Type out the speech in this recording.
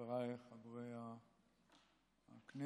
חבריי חברי הכנסת,